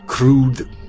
crude